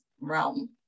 realm